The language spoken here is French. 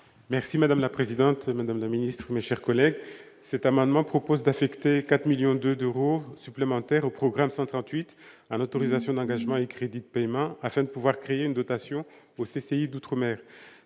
Merci madame la présidente, madame la ministre, mes chers collègues, cet amendement propose d'affecter 4 millions de d'euros supplémentaires au programme 138 à l'autorisation d'engagement, les crédits de paiement afin de pouvoir créer une dotation au CCI d'outre-mer,